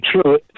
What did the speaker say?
true